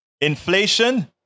Inflation